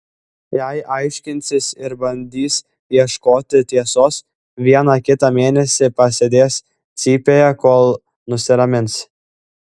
jei aiškinsis ir bandys ieškoti tiesos vieną kitą mėnesį pasėdės cypėje kol nusiramins